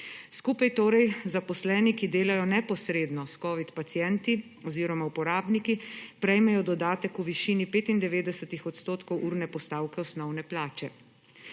Skupaj torej zaposleni, ki delajo neposredno s covid pacienti oziroma uporabniki, prejmejo dodatek v višini 95 odstotkov urne postavke osnovne plače.